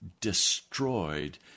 destroyed